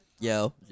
Yo